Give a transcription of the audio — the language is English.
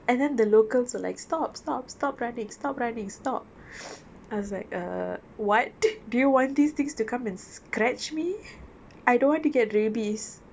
and then the locals were like stop stop stop running stop running stop I was like err what do you want these things to come and scratch me I don't want to get rabies